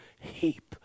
heap